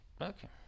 okay